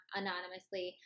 anonymously